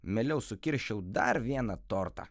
mieliau sukirsčiau dar vieną tortą